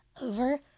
over